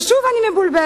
ושוב אני מבולבלת: